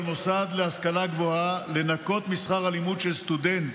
מוסד להשכלה גבוהה לנכות משכר הלימוד של סטודנט